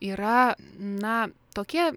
yra na tokie